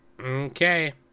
okay